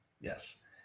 Yes